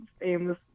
famous